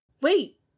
Wait